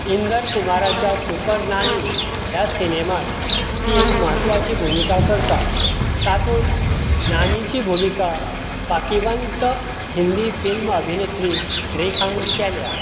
इंदर कुमाराच्या सुपर नानी ह्या सिनेमात ती एक म्हत्वाची भुमिका करता तातूंत नानीची भुमिका फांकिवंत हिंदी फिल्म अभिनेत्री रेखान केल्या